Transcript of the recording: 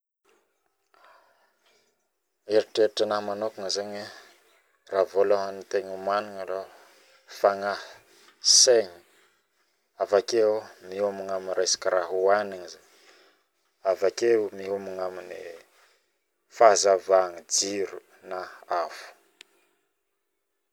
Eritreritra anahy manoky zaigny raha voalohany tokony miomagna fagnahy saigny avakeo miomagna aminy resaka raha hioanigny zaigny miomagna aminy fahazavagna jiro afo